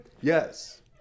Yes